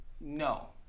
no